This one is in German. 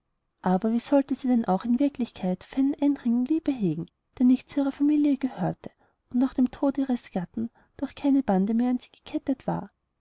aber wie sollte sie denn auch in wirklichkeit für einen eindringling liebe hegen der nicht zu ihrer familie gehörte und nach dem tode ihres gatten durch keine bande mehr an sie gekettet war